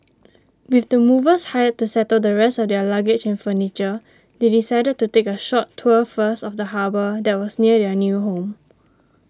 with the movers hired to settle the rest of their luggage and furniture they decided to take a short tour first of the harbour that was near their new home